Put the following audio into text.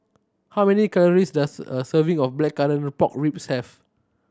how many calories does a serving of Blackcurrant Pork Ribs have